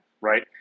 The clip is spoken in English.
right